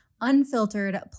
unfiltered